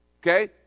okay